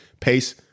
Pace